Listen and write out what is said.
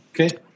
Okay